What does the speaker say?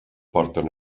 porten